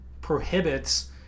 prohibits